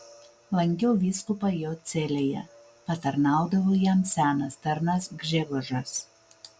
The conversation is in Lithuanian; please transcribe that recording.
lankiau vyskupą jo celėje patarnaudavo jam senas tarnas gžegožas